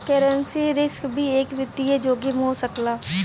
currency risk भी एक वित्तीय जोखिम हो सकला